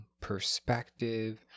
perspective